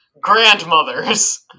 grandmothers